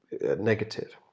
negative